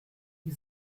die